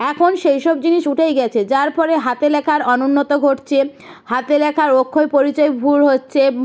এখন সেই সব জিনিস উঠেই গেছে যার ফলে হাতে লেখার অনুন্নত ঘটছে হাতে লেখার অক্ষর পরিচয় ভুল হচ্ছে